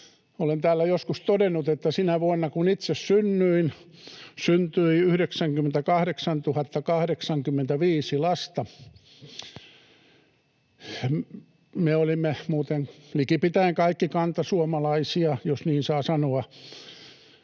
Olen täällä joskus todennut, että sinä vuonna, kun itse synnyin, syntyi 98 085 lasta — me olimme muuten likipitäen kaikki kantasuomalaisia, jos niin saa sanoa